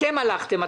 אתם הלכתם,